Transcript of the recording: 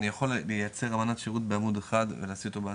אני יכול לייצר אמנת שירות בעמוד אחד ולשים אותו באתר,